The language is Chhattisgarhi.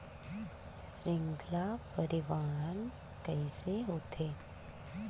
श्रृंखला परिवाहन कइसे होथे?